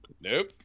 nope